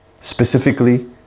specifically